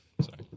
Sorry